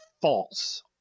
false